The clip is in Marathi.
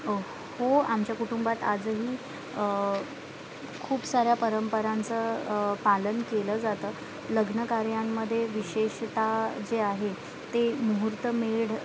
हो हो आमच्या कुटुंबात आजही खूप साऱ्या परंपरांचं पालन केलं जातं लग्नकार्यांमध्ये विशेषत जे आहे ते मुहूर्तमेढ